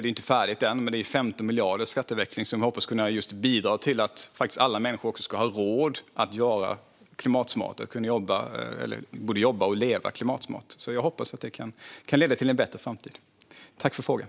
Det är inte färdigt än, men det blir 15 miljarder i skatteväxling som vi hoppas ska bidra till att alla människor ska ha råd att både jobba och leva klimatsmart. Jag hoppas att detta kan leda till en bättre framtid. Tack för frågan!